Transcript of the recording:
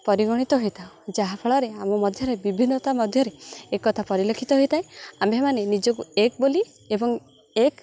ପରିଗଣିତ ହୋଇଥାଉ ଯାହାଫଳରେ ଆମ ମଧ୍ୟରେ ବିଭିନ୍ନତା ମଧ୍ୟରେ ଏକତା ପରିଲକ୍ଷିତ ହୋଇଥାଏ ଆମ୍ଭେମାନେ ନିଜକୁ ଏକ ବୋଲି ଏବଂ ଏକ